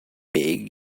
beg